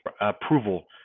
approval